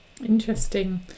Interesting